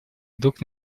вдруг